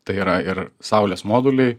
tai yra ir saulės moduliai